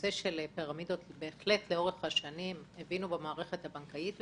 שבנושא של פירמידות בהחלט לאורך השנים הבינו במערכת הבנקאית,